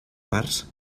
parts